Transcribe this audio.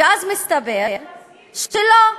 אז מסתבר שלא,